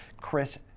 Chris